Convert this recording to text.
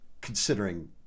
considering